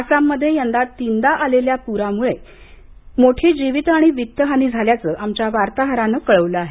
आसाम मध्ये यंदा तीनदा आलेल्या पुरामुळे मोठी जीवित आणि वित्त हानी झाल्याचं आमच्या वार्ताहरानं कळवलं आहे